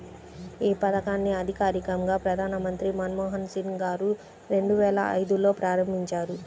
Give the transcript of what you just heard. యీ పథకాన్ని అధికారికంగా ప్రధానమంత్రి మన్మోహన్ సింగ్ గారు రెండువేల ఐదులో ప్రారంభించారు